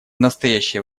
настоящее